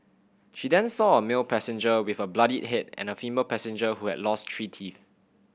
she then saw a male passenger with a bloodied head and a female passenger who had lost three teeth